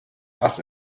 ass